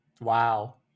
Wow